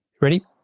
Ready